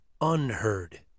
unheard